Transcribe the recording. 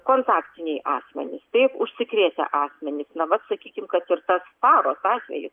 kontaktiniai asmenys taip užsikrėtę asmenys na vat sakykim kad ir tas faros atvejis